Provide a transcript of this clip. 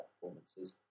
performances